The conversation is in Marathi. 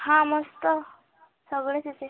हां मस्त सगळंच येते